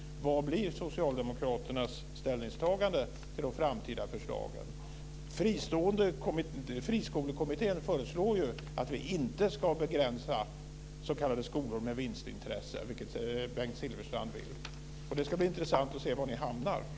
Vad blir Socialdemokraternas ställningstagande till de framtida förslagen? Friskolekommittén föreslår ju att vi inte ska begränsa s.k. skolor med vinstintresse, vilket Bengt Silfverstrand vill. Det ska bli intressant att se var Socialdemokraterna hamnar.